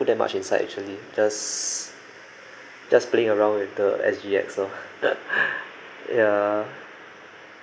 put that much inside actually just just playing around with the S_G_X loh ya